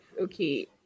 okay